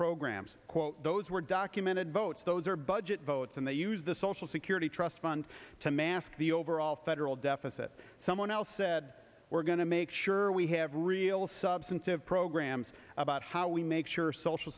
programs those were documented votes those are budget votes and they use the social security trust fund to mask the overall federal deficit someone else said we're going to make sure we have real substantive programs about how we make sure social